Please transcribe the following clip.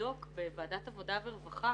לבדוק בוועדתה עבודה והרווחה